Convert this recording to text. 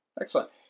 Excellent